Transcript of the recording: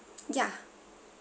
yeah